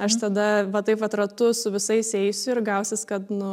aš tada va taip vat ratu su visais eisiu ir gausis kad nu